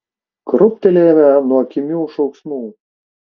krūptelėjome nuo kimių šauksmų